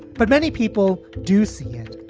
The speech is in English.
but many people do see it.